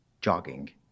Jogging